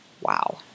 Wow